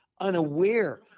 unaware